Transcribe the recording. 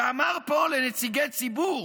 ואמר פה לנציגי ציבור